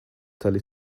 telly